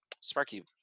Sparky